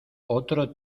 otro